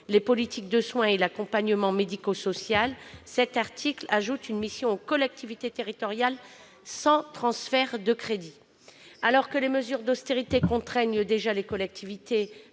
les politiques de soins et l'accompagnement médico-social, cet article ajoute une mission aux collectivités territoriales sans transfert de crédits. Alors que les mesures d'austérité contraignent déjà les collectivités